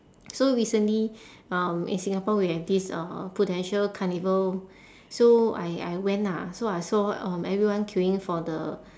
so recently um in singapore we have this uh prudential carnival so I I went ah so I saw um everyone queuing for the